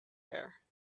air